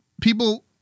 people